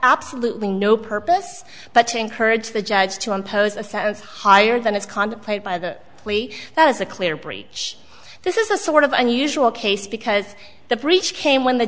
absolutely no purpose but to encourage the judge to impose a sentence higher than is contemplated by the plea was a clear breach this is a sort of unusual case because the breach came when the